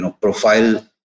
profile